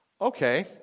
Okay